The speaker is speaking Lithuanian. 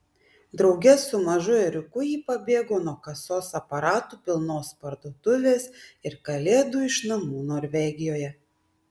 drauge su mažu ėriuku ji pabėgo nuo kasos aparatų pilnos parduotuvės ir kalėdų iš namų norvegijoje